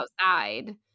outside